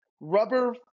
rubber